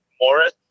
Morris